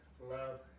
love